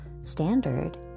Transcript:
standard